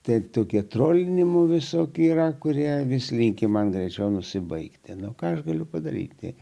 taip tokį trolinimu visokių yra kurie vis linki man greičiau nusibaigti nu ką aš galiu padaryti